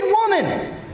woman